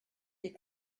des